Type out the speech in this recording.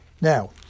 Now